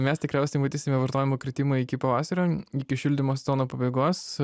mes tikriausiai matysime vartojimo kritimą iki pavasario iki šildymo sezono pabaigos